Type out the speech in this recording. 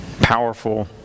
powerful